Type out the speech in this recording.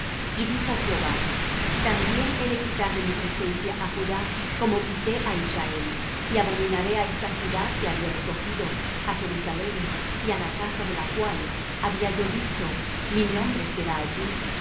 y dijo jehová también he de quitar de mi presencia á judá como quité á israel y abominaré á esta ciudad que había escogido á jerusalem y á la casa de la cual había yo dicho mi nombre será allí